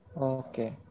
Okay